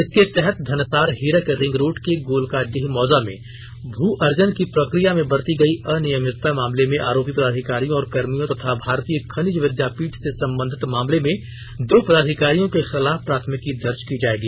इसके तहत Dhansar Hirak ring road के गोलकाडीह मौजा में भू अर्जन की प्रक्रिया में बरती गई अनियमितता मामले में आरोपी पदाधिकारियों और कर्मियों तथा भारतीय खनिज विद्यापीठ से संबंधित मामले में दो पदाधिकारियों के खिलाफ प्राथमिकी दर्ज की जाएगी